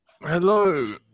Hello